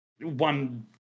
one